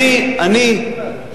אי-אפשר.